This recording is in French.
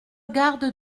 garde